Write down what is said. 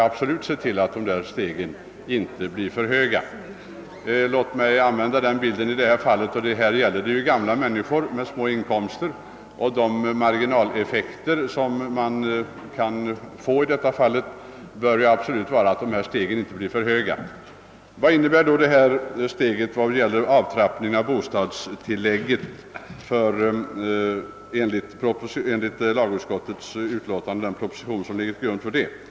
Jag vill använda denna bild, eftersom det i detta fall gäller gamla människor med små inkomster. Marginaleffekterna bör då absolut inte vara för höga. Vad innebär då det steg som tas beträffande avtrappningen av bostadstillägget enligt förslaget i andra lagutskottets utlåtande nr 41 och i den proposition som ligger till grund för detta utlåtande?